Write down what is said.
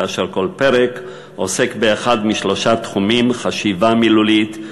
כאשר כל פרק עוסק באחד משלושה תחומים: חשיבה מילולית,